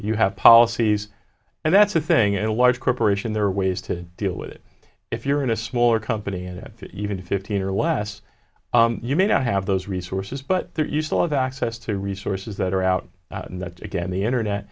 you have policies and that's the thing it was corp there are ways to deal with it if you're in a smaller company at even fifteen or less you may not have those resources but you still have access to resources that are out and that's again the internet